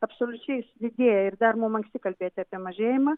absoliučiai jis didėja ir dar mum anksti kalbėti apie mažėjimą